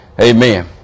amen